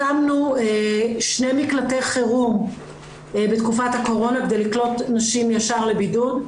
הקמנו שני מקלטי חירום בתקופת הקורונה כדי לקלוט נשים ישר לבידוד,